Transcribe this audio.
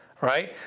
right